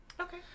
Okay